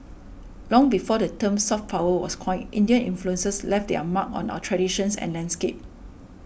long before the term 'soft power' was coined Indian influences left their mark on our traditions and landscape